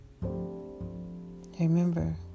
remember